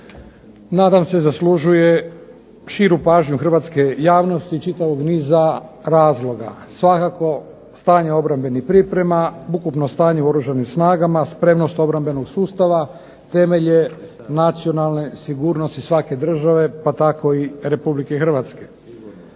nadam se zaslužuje širu pažnju hrvatske javnosti iz čitavog niza razloga. Svakako stanje obrambenih priprema, ukupno stanje u Oružanim snagama, spremnost obrambenog sustava temelj je nacionalne sigurnosti svake države pa tako i RH. Ovo izvješće